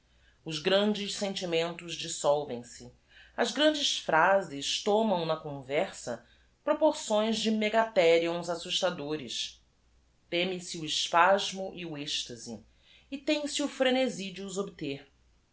s grandes sentimentos dissolvem se as grandes phrases t o m a m na conversa proporções de megatheriuns assusta m ê dores teme se o espasmo e o êx tase e tem-se o frenesi de os obter